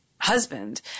husband